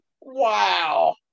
Wow